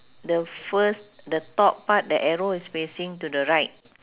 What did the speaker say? the first the top part the arrow is facing to the right